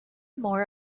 more